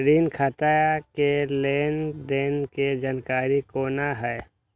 ऋण खाता के लेन देन के जानकारी कोना हैं?